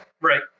Right